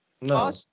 No